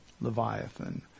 Leviathan